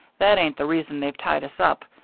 that ain't the reason they've tied us up,